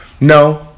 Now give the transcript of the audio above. No